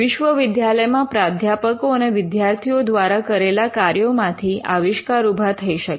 વિશ્વવિદ્યાલયમાં પ્રાધ્યાપકો અને વિદ્યાર્થીઓ દ્વારા કરેલા કાર્યો માંથી આવિષ્કાર ઊભા થઈ શકે